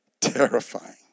terrifying